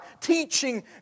Teaching